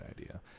idea